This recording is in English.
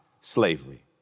slavery